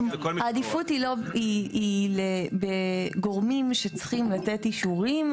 העדיפות היא בגורמים שצריכים לתת אישורים או לשפר.